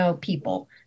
people